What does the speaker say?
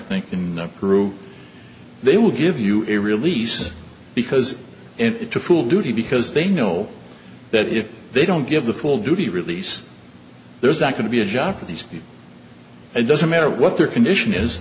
think in the group they will give you a release because it to fool duty because they know that if they don't give the full duty release there's not going to be a job for these it doesn't matter what their condition is